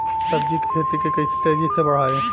सब्जी के खेती के कइसे तेजी से बढ़ाई?